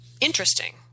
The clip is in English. interesting